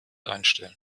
einstellen